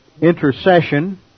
intercession